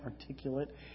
articulate